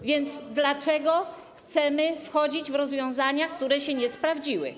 A więc dlaczego chcemy wchodzić w rozwiązania, które się nie sprawdziły?